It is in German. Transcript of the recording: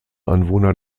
anwohner